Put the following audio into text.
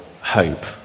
hope